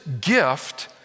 gift